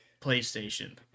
playstation